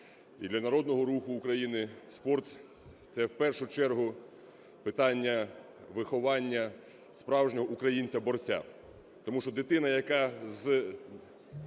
для Народного Руху України. Спорт – це в першу чергу питання виховання справжнього українця, борця, тому що дитина, яка з